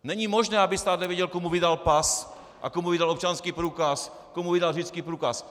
Není možné, aby stát nevěděl, komu vydal pas a komu vydal občanský průkaz, komu vydal řidičský průkaz.